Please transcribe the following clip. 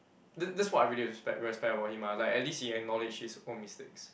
that's that's what I really respect respect about him ah like at least he acknowledged his own mistakes